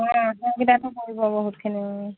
অ অসুবিধাটো পৰিব বহুতখিনি